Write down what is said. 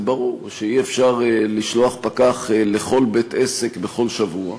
ברור שאי-אפשר לשלוח פקח לכל בית-עסק בכל שבוע,